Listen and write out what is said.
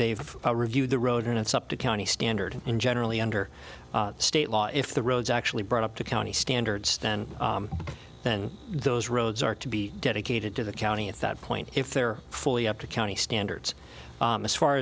they've reviewed the road and it's up to county standard and generally under state law if the roads are actually brought up to county standards then then those roads are to be dedicated to the county at that point if they're fully up to county standards as far